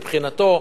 מבחינתו,